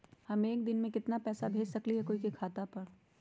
हम एक दिन में केतना पैसा भेज सकली ह कोई के खाता पर?